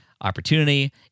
opportunity